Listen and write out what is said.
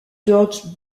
george